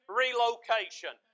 relocation